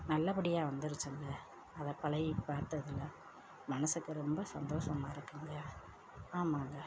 நல்லபடியாக வந்துருச்சுங்க அதை பழகி பார்த்ததுல மனதுக்கு ரொம்ப சந்தோஷமாக இருக்குங்க ஆமாங்க